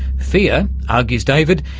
fear, argues david,